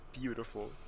beautiful